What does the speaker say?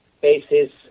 basis